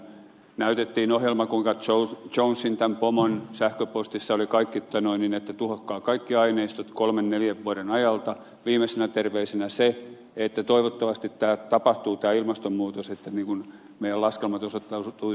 näytettiin ohjelma kuinka jonesin tämän pomon sähköpostissa oli että tuhotkaa kaikki aineistot kolmen neljän vuoden ajalta ja viimeisenä terveisenä se että toivottavasti tämä ilmastonmuutos tapahtuu että meidän laskelmamme osoittautuisivat oikeiksi